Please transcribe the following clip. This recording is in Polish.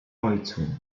ojcu